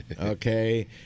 okay